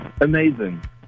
amazing